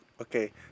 Okay